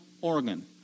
organ